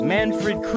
Manfred